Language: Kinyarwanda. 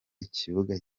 ikibuga